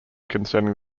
concerning